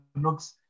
looks